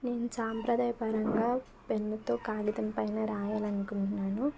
నేను సాంప్రదాయపరంగా పెన్నతో కాగితం మీద రాయాలనుకుంటున్నాను